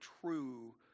true